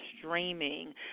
streaming